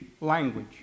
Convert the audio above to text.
language